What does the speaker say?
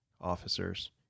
officers